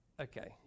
Okay